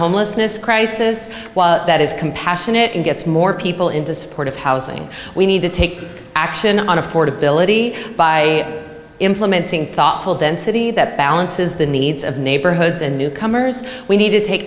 homelessness crisis that is compassionate and gets more people into supportive housing we need to take action on affordability by implementing thoughtful density that balances the needs of neighborhoods and newcomers we need to take